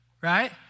right